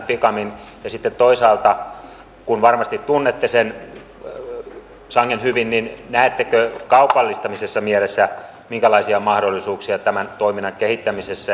ja sitten toisaalta kun varmasti tunnette sen sangen hyvin niin minkälaisia mahdollisuuksia näette kaupallistamisen mielessä tämän toiminnan kehittämisessä